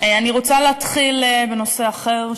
אני רוצה להתחיל בנושא אחר,